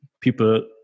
people